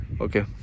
Okay